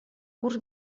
curs